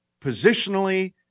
positionally